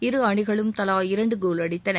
இரு அணிகளும் தலா இரண்டு கோல் அடித்தன